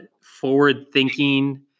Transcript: forward-thinking